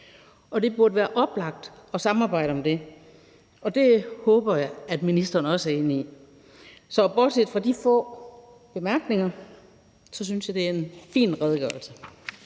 Det burde være oplagt at samarbejde om det, og det håber jeg at ministeren også er enig i. Bortset fra de få bemærkninger synes jeg, at det er en fin redegørelse.